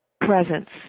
presence